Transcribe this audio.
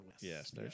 Yes